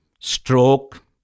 stroke